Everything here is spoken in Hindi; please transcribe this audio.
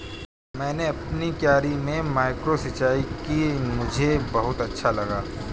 मैंने अपनी क्यारी में माइक्रो सिंचाई की मुझे बहुत अच्छा लगा